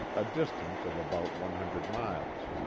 a distance of about one hundred miles.